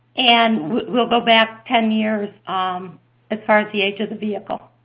and we'll go back ten years um as far as the age of the vehicle.